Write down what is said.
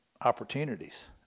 opportunities